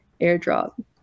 airdrop